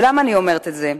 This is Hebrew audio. למה אני אומרת את זה?